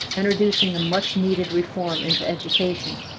introducing a much-needed reform into education,